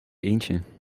eendje